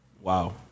Wow